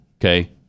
Okay